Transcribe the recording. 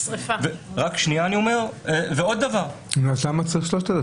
נו, אז למה צריך 3,000?